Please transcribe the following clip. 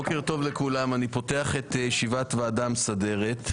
אני מתכבד לפתוח את ישיבת הוועדה המסדרת.